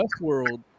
Westworld